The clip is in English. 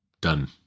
done